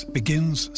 begins